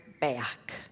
back